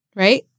Right